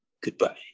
Goodbye